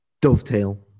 dovetail